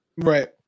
Right